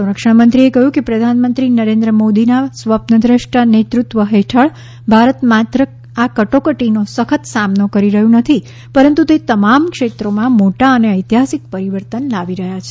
સંરક્ષણમંત્રીએ કહ્યું કે પ્રધાનમંત્રી નરેન્દ્ર મોદીના સ્વપ્ન દ્રષ્ટા નેતૃત્વ હેઠળ ભારત માત્ર આ કટોકટીનો સખત સામનો કરી રહ્યું નથી પરંતુ તે તમામ ક્ષેત્રોમાં મોટા અને ઐતિહાસિક પરિવર્તન લાવી રહ્યું છે